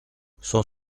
cent